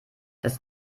das